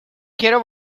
quiero